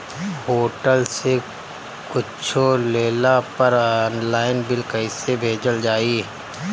Hotel से कुच्छो लेला पर आनलाइन बिल कैसे भेजल जाइ?